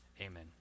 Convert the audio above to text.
Amen